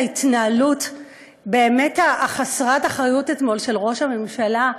על ההתנהלות הבאמת-חסרת אחריות אתמול של ראש הממשלה,